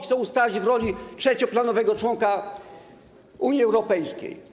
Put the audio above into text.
Chcą nas ustawić w roli trzecioplanowego członka Unii Europejskiej.